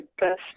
best